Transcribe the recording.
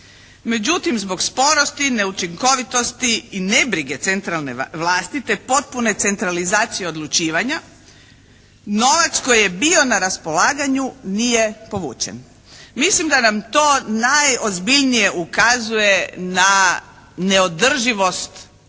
Međutim zbog sporosti, neučinkovitosti i nebrige centralne vlasti, te potpune centralizacije odlučivanja novac koji je bio na raspolaganju nije povučen. Mislim da nam to najozbiljnije ukazuje na neodrživost